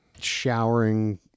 showering